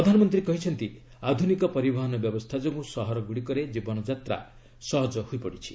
ପ୍ରଧାନମନ୍ତ୍ରୀ କହିଛନ୍ତି ଆଧୁନିକ ପରିବହନ ବ୍ୟବସ୍ଥା ଯୋଗୁଁ ସହରଗୁଡ଼ିକରେ ଜୀବନଯାତ୍ରା ସହଜ ହୋଇପଡ଼ିଛି